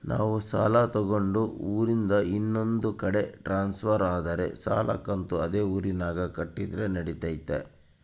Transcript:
ನಾವು ಸಾಲ ತಗೊಂಡು ಊರಿಂದ ಇನ್ನೊಂದು ಕಡೆ ಟ್ರಾನ್ಸ್ಫರ್ ಆದರೆ ಸಾಲ ಕಂತು ಅದೇ ಊರಿನಾಗ ಕಟ್ಟಿದ್ರ ನಡಿತೈತಿ?